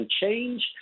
change